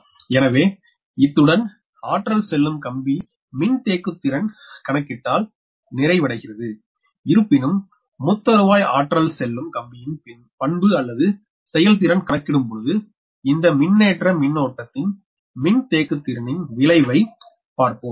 எனவே இத்துடன் ஆற்றல் செல்லும் கம்பி மின்தேக்குத் திறன் கணக்கிட்டால் நிறைவடைகிறது இருப்பினும் முத்தருவாய் ஆற்றல் செல்லும் கம்பியின் பண்பு அல்லது செயல்திறன் கணக்கிடும்பொழுது இந்த மின்னேற்ற மின்னோட்டத்தின் மின்தேக்குத்திறனின் விளைவை பார்ப்போம்